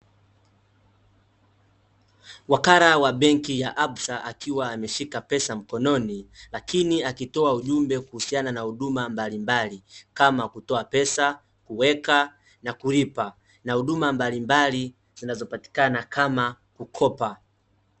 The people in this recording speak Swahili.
Wakala wa benki ya absa akiwa ameshika pesa mkononi, lakini akitoa ujumbe kuhusiana na huduma mbalimbali kama kutoa pesa, kuweka na kulipa. Na huduma mbalimbali zinazopatikana kama kukopa.